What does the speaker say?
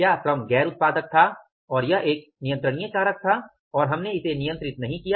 क्या श्रम गैर उत्पादक था और यह एक नियंत्रणीय कारक था और हमने इसे नियंत्रित नहीं किया